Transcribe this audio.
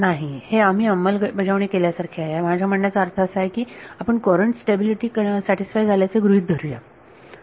नाही हे आम्ही अंमलबजावणी केल्यासारखे आहे माझ्या म्हणण्याचा अर्थ असा की आपण कुरंट स्टॅबिलिटी सॅटिस्फाय झाल्याचे गृहीत धरूया